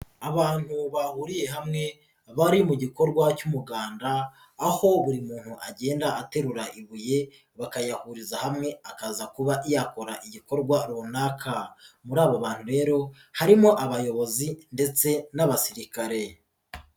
Abantu bahuriye hamwe bari mu gikorwa cy'umuganda aho buri muntu agenda aterura ibuye bakayahuriza hamwe akaza kuba yakora igikorwa runaka, muri aba bantu rero harimo abayobozi ndetse n'abasirikare.